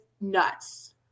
nuts